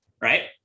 right